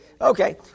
Okay